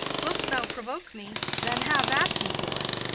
wilt thou provoke me? then have at thee, boy!